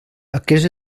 aquest